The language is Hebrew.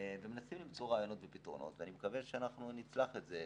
מנסים למצוא רעיונות ופתרונות ואני מקווה שאנחנו נצלח את זה,